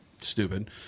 stupid